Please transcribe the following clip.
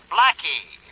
Blackie